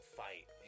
fight